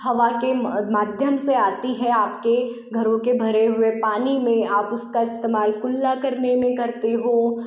हवा के माध्यम से आती है आपके घरों के भरे हुए पानी में आप उसका इस्तेमाल कुल्ला करने में करते हो